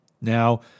Now